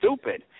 stupid